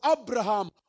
Abraham